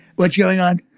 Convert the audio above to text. what's going on?